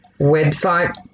website